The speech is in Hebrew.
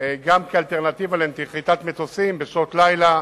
גם כאלטרנטיבה לנחיתת מטוסים בשעות לילה,